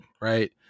right